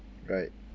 right